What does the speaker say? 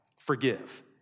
forgive